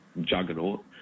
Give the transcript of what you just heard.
juggernaut